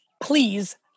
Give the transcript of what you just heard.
Please